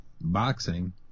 boxing